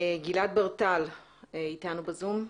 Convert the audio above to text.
גלעד ברנע איתנו בזום.